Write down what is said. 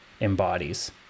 embodies